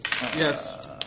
Yes